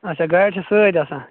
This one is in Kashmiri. اَچھا گاڑِ چھےٚ سۭتۍ آسان